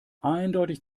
eindeutig